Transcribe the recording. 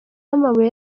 b’amabuye